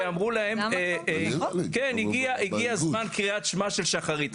ואמרו להם, הגיע זמן קריאת שמע של שחרית.